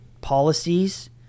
policies